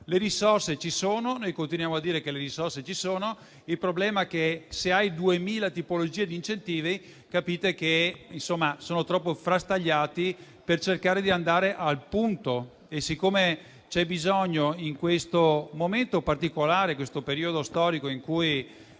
che non funzionano. Noi continuiamo a dire che le risorse ci sono. Il problema è che, se si hanno 2.000 tipologie di incentivi, questi sono troppo frastagliati per cercare di andare al punto. E siccome ce n'è bisogno, in questo momento particolare e in questo periodo storico